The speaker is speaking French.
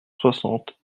soixante